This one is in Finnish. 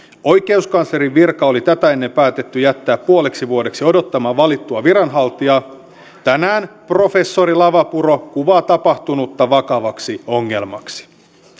oikeuskanslerin virka oli tätä ennen päätetty jättää puoleksi vuodeksi odottamaan valittua viranhaltijaa tänään professori lavapuro kuvaa tapahtunutta vakavaksi ongelmaksi